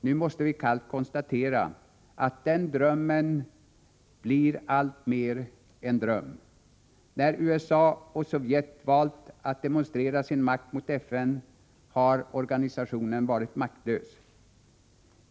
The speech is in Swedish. Nu måste vi kallt konstatera att den drömmen alltmer blir en dröm. När USA och Sovjet valt att demonstrera sin makt mot FN har organisationen varit maktlös.